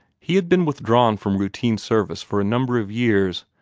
he had been withdrawn from routine service for a number of years,